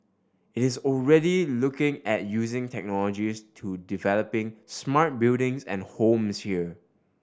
is already looking at using technologies to developing smart buildings and homes here